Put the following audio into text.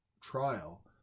trial